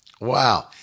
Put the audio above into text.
Wow